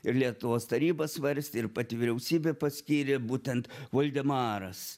ir lietuvos taryba svarstė ir pati vyriausybė paskyrė būtent voldemaras